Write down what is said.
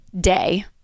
day